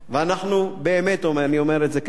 ואנחנו, באמת, אני אומר את זה כאן,